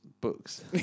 books